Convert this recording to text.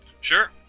Sure